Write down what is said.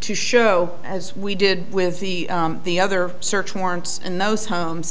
to show as we did with the the other search warrants and those